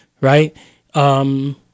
right